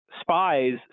spies